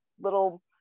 little